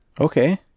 Okay